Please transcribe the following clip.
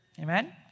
Amen